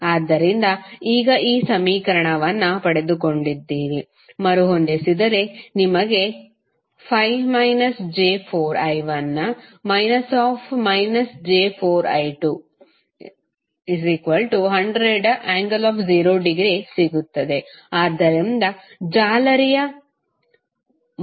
ಆದ್ದರಿಂದ ಈಗ ಈ ಸಮೀಕರಣವನ್ನು ಪಡೆದುಕೊಂಡಿದ್ದೀರಿ ಮರುಹೊಂದಿಸಿದರೆ ನಿಮಗೆ 5−j4I1 −−j4I2 100∠0◦ ಸಿಗುತ್ತದೆ ಆದ್ದರಿಂದ ಜಾಲರಿಯ1 ಮೊದಲ ಸಮೀಕರಣವನ್ನು ಪಡೆಯುತ್ತೀರಿ